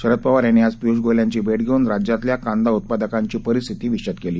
शरद पवार यांनी आज पियूष गोयल यांची भेट घेऊन राज्यातल्या कांदा उत्पादकांची परिस्थिती विशद केली